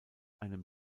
einem